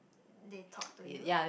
they talk to you